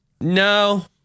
no